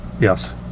Yes